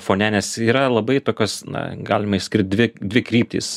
fone nes yra labai tokios na galima išskirt dvi dvi kryptys